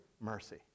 mercy